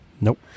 Nope